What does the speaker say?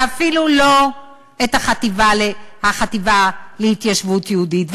ואפילו לא את החטיבה להתיישבות יהודית,